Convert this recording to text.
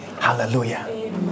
hallelujah